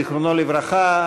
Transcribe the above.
זיכרונו לברכה,